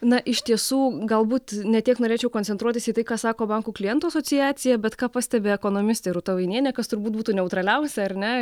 na iš tiesų galbūt ne tiek norėčiau koncentruotis į tai ką sako bankų klientų asociacija bet ką pastebi ekonomistė rūta vainienė kas turbūt būtų neutraliausia ar ne